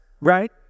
right